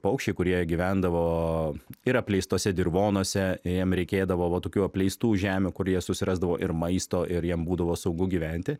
paukščiai kurie gyvendavo ir apleistuose dirvonuose jiem reikėdavo va tokių apleistų žemių kur jie susirasdavo ir maisto ir jiem būdavo saugu gyventi